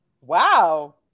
wow